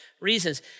reasons